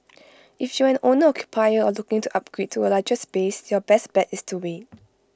if you are an owner occupier or looking to upgrade to A larger space your best bet is to wait